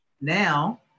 Now